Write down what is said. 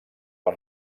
per